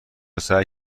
سعی